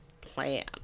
plan